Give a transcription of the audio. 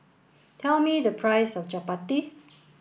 tell me the price of Chapati